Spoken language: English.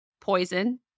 Poison